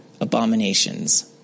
abominations